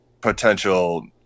potential